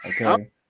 Okay